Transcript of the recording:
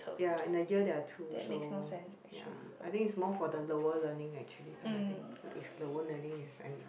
ya in a year there are two so ya I think is more for the lower learning actually kind of thing if lower learning is an